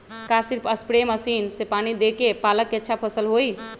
का सिर्फ spray machine से पानी देके पालक के अच्छा फसल होई?